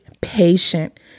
patient